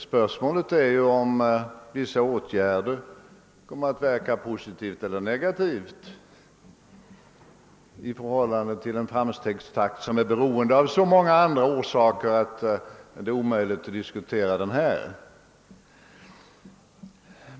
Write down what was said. Spörsmålet är ju om vissa åtgärder kommer att verka positivt eller negativt i förhållande till en framstegstakt, som är beroende av så många andra omständigheter att det är omöjligt att diskutera den här.